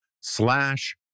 slash